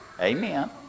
Amen